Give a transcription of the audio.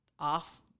off